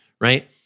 right